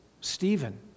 Stephen